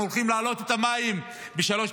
אנחנו הולכים להעלות את המים ב-3.4%,